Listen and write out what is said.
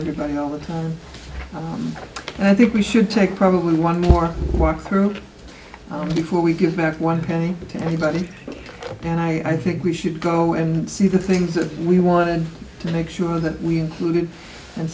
everybody all the time and i think we should take probably one more walk through before we give back one penny to anybody and i think we should go and see the things that we wanted to make sure that we included and